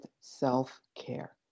self-care